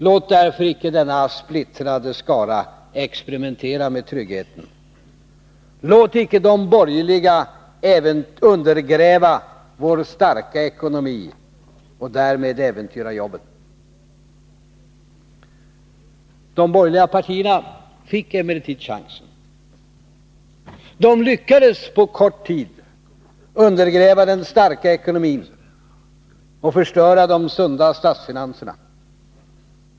Låt icke denna splittrade skara experimentera med tryggheten. Låt icke de borgerliga undergräva vår starka ekonomi och därmed äventyra jobben.” De borgerliga partierna fick emellertid chansen. De lyckades på kort tid undergräva den starka ekonomin och förstöra de sunda statsfinanserna.